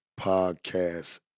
podcast